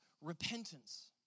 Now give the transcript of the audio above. repentance